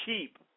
cheap